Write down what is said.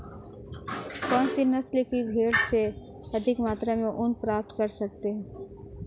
कौनसी नस्ल की भेड़ से अधिक मात्रा में ऊन प्राप्त कर सकते हैं?